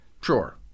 Sure